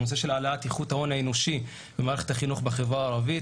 הנושא של העלאת איכות ההון האנושי במערכת החינוך בחברה הערבית.